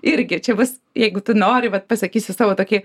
irgi čia bus jeigu tu nori vat pasakysiu savo tokį